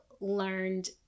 learned